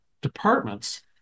departments